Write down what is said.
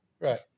Right